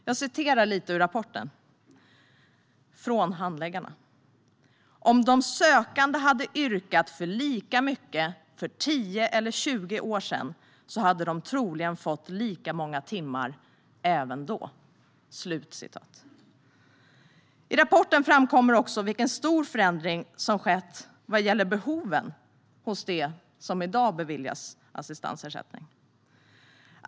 Jag citerar ur rapporten: "Handläggarna menar att om de sökande hade yrkat för lika mycket för 10 eller 20 år sedan så hade de troligen fått lika många timmar även då." I rapporten framkommer också vilken stor förändring som har skett vad gäller behoven hos dem som beviljas assistansersättning i dag.